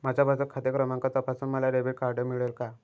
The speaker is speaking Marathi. माझा बचत खाते क्रमांक तपासून मला डेबिट कार्ड मिळेल का?